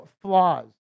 flaws